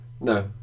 No